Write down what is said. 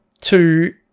two